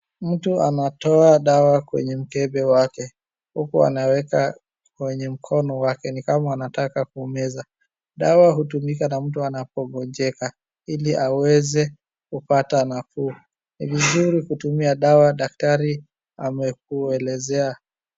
Mtu anatoa dawa kwenye mkebe wake. Huku anaweka kwenye mkono wake ni kama anataka kumeza. Dawa hutumika na mtu anapogonjeka ili aweze kupata nafuu. Ni vizuri kutumia dawa daktari amekuelezea.